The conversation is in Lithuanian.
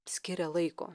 skiria laiko